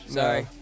Sorry